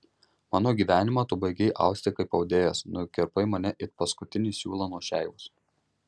mano gyvenimą tu baigei austi kaip audėjas nukirpai mane it paskutinį siūlą nuo šeivos